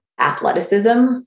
athleticism